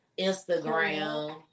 Instagram